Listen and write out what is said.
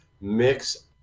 mix